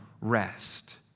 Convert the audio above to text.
rest